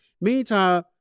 Meantime